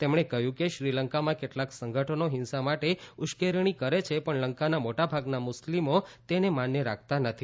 તેમણે કહ્યું કે શ્રીલંકામા કેટલાંક સંગઠનો હિંસા માટે ઉશ્કેરણી કરે છે પણ લંકાના મોટા ભાગના મુસ્લિમો તેને માન્ય રાખતા નથી